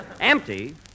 Empty